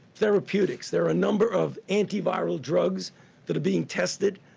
therapeutics. there are a number of antiviral drugs that are being tested.